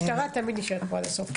המשטרה תמיד נשארת עד הסוף.